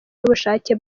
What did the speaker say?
n’ubushake